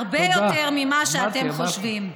הרבה יותר ממה שאתם חושבים.